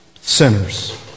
sinners